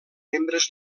membres